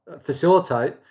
facilitate